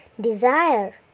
desire